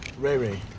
ray ray.